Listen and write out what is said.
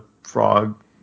frog